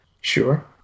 Sure